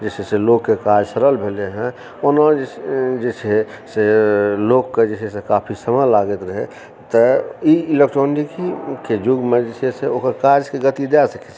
जे छै से लोककेँ काज सरल भेलइ हँ ओना जे छै से लोकके जे छै से काफी समय लागैत रहय तऽ ई इलेक्ट्रॉनिकीके युगमे जे छै से ओकर काजके गति दए छै